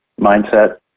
mindset